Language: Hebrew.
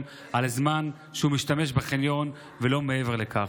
על הזמן שהוא משתמש בחניון ולא מעבר לכך.